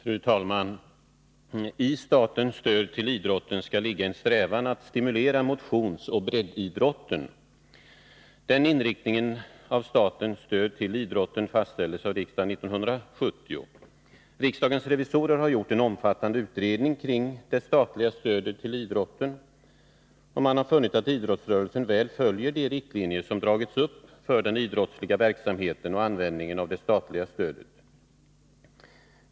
Fru talman! I statens stöd till idrotten skall ligga en strävan att stimulera motionsoch breddidrotten. Den inriktningen av statens stöd till idrotten fastställdes av riksdagen 1970. Riksdagens revisorer har gjort en omfattande utredning kring det statliga stödet till idrotten. Man har funnit att idrottsrörelsen väl följer de riktlinjer som dragits upp för den idrottsliga verksamheten och användningen av det statliga stödet.